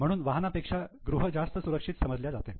म्हणून वाहनांपेक्षा गृह जास्त सुरक्षित समजल्या जाते